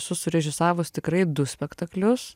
esu surežisavus tikrai du spektaklius